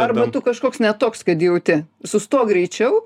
arba tu kažkoks ne toks kad jauti sustok greičiau